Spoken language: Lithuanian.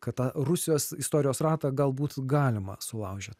kad tą rusijos istorijos ratą galbūt galima sulaužyt